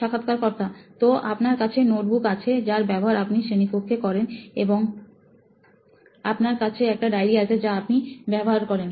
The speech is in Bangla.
সাক্ষাৎকারকর্তা তো আপনার কাছে নোটবুক আছে যার ব্যবহার আপনি শ্রেণীকক্ষে করেন এবং আপনার কাছে একটা ডায়রি আছে যা আপনি ব্যবহার করেন